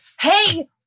hey